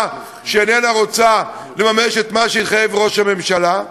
שאיננה רוצה לממש את מה שיחייב ראש הממשלה,